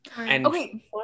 Okay